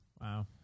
Wow